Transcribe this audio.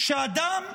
שאדם,